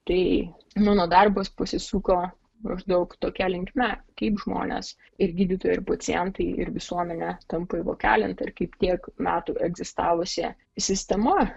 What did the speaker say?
tai mano darbas pasisuko maždaug tokia linkme kaip žmonės ir gydytojai ir pacientai ir visuomenė tampa įvokelinta ir kaip tiek metų egzistavusi sistema